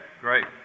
great